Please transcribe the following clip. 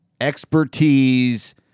expertise